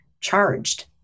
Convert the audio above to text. charged